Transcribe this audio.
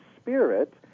Spirit